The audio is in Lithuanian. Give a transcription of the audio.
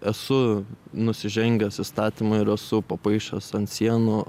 esu nusižengęs įstatymui ir esu papaišęs ant sienų